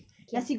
okay ah